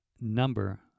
number